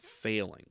failing